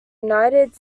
united